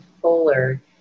fuller